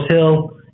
Hill